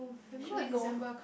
should we go